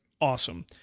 awesome